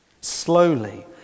Slowly